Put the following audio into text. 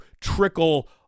trickle